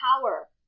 power